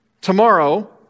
tomorrow